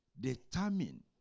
Determine